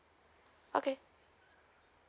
okay